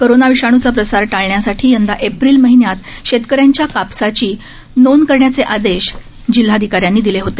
corona विषाणूचा प्रसार टाळण्यासाठी यंदा एप्रिल महिन्यांत शेतक यांच्या कापसाची नोंद करण्याचे आदेश जिल्हाधिका यांनी दिले होते